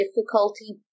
difficulty